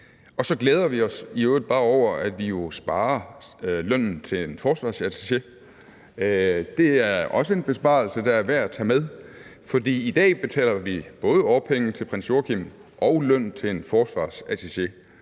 Så glæder vi os i øvrigt bare over, at vi jo sparer lønnen til en forsvarsattaché. Det er en besparelse, der er værd også at tage med. For i dag betaler vi både årpenge til prins Joachim og løn til en forsvarsattaché.